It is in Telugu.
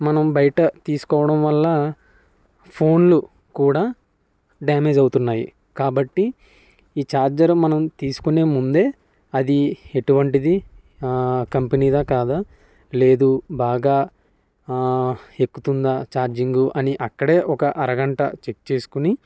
మనం బయట తీసుకోవడం వల్ల ఫోన్లు కూడా డ్యామేజ్ అవుతున్నాయి కాబట్టి ఈ ఛార్జర్ మనం తీసుకునే ముందే అది ఎటువంటిది కంపెనీదా కాదా లేదు బాగా ఎక్కుతుందా ఛార్జింగ్ అని అక్కడే ఒక అరగంట చెక్ చేసుకుని